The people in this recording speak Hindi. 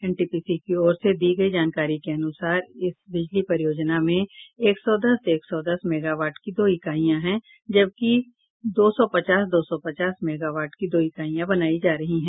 एनटीपीसी के ओर से दी गयी जानकारी के अनुसार इस बिजली परियोजना में एक सौ दस एक सौ दस मेगावाट की दो इकाईयां है जबकि दो सौ पचास दो सौ पचास मेगावाट की दो इकाईयां बनायी जा रही हैं